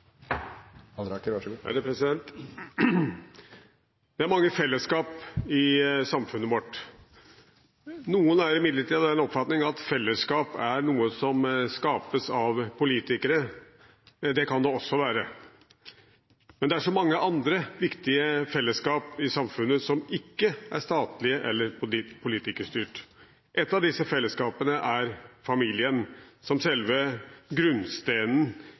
nokre saker, så kunne me kanskje ha fått fleirtal, f.eks. for asyl, levestandard og helse. Men uansett synest eg me skal gleda oss over det me får til, og satsa på at resten kjem etter kvart. Det er mange fellesskap i samfunnet vårt. Noen er imidlertid av den oppfatning av at fellesskap er noe som skapes av politikere. Det kan det også være, men det er så mange